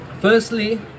Firstly